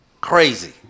crazy